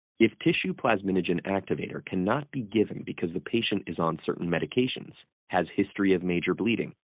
if tissue plasminogen activator cannot be given because the patient is on certain medications, has history of major bleeding,